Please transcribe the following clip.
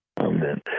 Amen